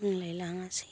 रोंलायलाङासै